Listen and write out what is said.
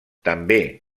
també